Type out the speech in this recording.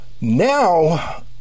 Now